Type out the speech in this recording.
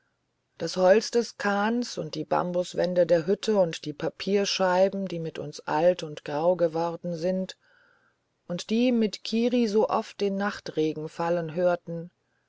das holz des kahnes und die bambuswände der hütte und die papierscheiben die mit uns alt und grau geworden sind und die mit kiri so oft den nachtregen fallen hörten